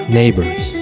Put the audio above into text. neighbors